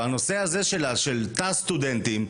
אבל הנושא הזה של תא סטודנטים,